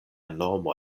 nomo